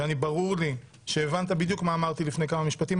וברור לי שהבנת בדיוק מה אמרתי לפני כמה משפטים.